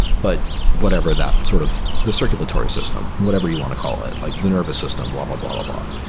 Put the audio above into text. but whatever that sort of the circulatory system. whatever you want to call it, like the nervous system, blah blah-blah-blah-blah.